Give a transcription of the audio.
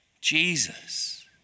Jesus